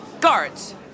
Guards